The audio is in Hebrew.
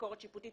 ביקורת שיפוטית.